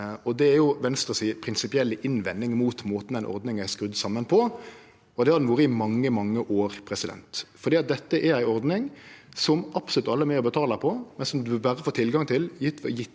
Det er Venstre si prinsipielle innvending mot måten denne ordninga er skrudd saman på. Det har ho vore i mange, mange år. Dette er ei ordning som absolutt alle er med og betale på, men som ein berre får tilgang til